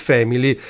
Family